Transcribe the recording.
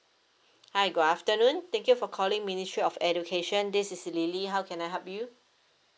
hi good afternoon thank you for calling ministry of education this is lily how can I help you